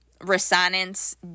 Resonance